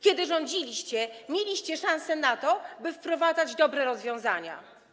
Kiedy rządziliście, mieliście szansę na to, by wprowadzać dobre rozwiązania.